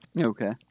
okay